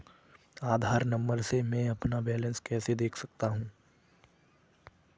आधार number से मैं अपना बैलेंस कैसे देख सकता हूँ?